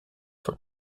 for